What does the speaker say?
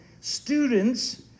Students